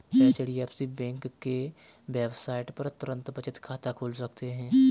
HDFC bank के website पर तुरंत बचत खाता खोल सकते है